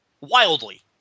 wildly